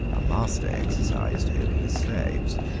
a master exercised over his slaves.